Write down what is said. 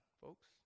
folks